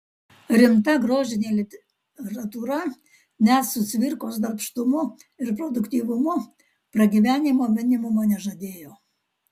rimta grožinė literatūra net su cvirkos darbštumu ir produktyvumu pragyvenimo minimumo nežadėjo